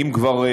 אם כבר,